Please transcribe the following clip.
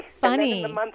funny